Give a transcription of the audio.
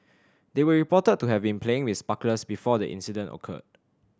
they were reported to have been playing with sparklers before the incident occurred